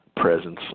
presence